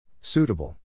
Suitable